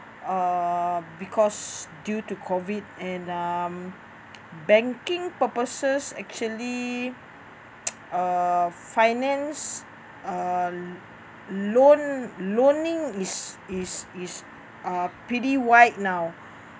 uh because due to COVID and um banking purposes actually uh finance uh loan loaning is is is uh pretty wide now